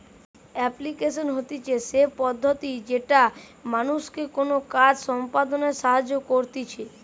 application হতিছে সে পদ্ধতি যেটা মানুষকে কোনো কাজ সম্পদনায় সাহায্য করতিছে